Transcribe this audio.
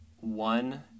One